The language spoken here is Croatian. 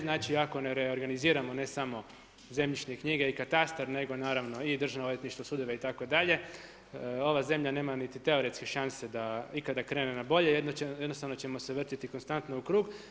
Znači ako ne reorganiziramo ne samo zemljišne knjige i katastar nego naravno i državno odvjetništvo, sudove itd., ova zemlja nema niti teoretske šanse da ikada krene na bolje, jednostavno ćemo se vrtjeti konstantno u krug.